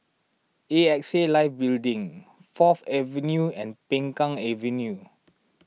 A X A Life Building Fourth Avenue and Peng Kang Avenue